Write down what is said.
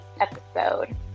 episode